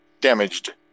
damaged